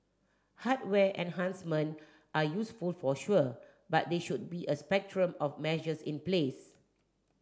hardware enhancement are useful for sure but there should be a spectrum of measures in place